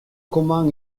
comment